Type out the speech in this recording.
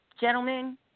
Gentlemen